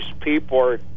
people